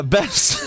Best